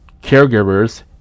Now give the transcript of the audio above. caregivers